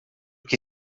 que